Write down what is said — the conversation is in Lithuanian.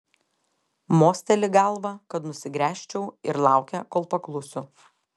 mosteli galva kad nusigręžčiau ir laukia kol paklusiu